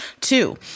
Two